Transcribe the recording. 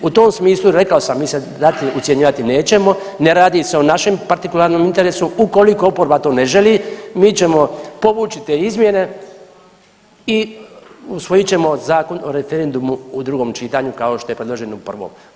U tom smislu rekao sam, mi se dati ucjenjivati nećemo, ne radi se o našem partikularnom interesu, ukoliko oporba to ne želi, mi ćemo povući te izmjene i usvojit ćemo Zakon o referendumu u drugoj čitanju kao što je predložen u prvom.